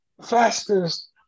fastest